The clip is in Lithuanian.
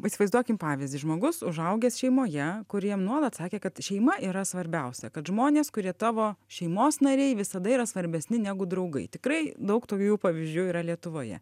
įsivaizduokim pavyzdį žmogus užaugęs šeimoje kur jam nuolat sakė kad šeima yra svarbiausia kad žmonės kurie tavo šeimos nariai visada yra svarbesni negu draugai tikrai daug tokių pavyzdžių yra lietuvoje